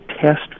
test